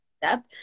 step